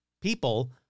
people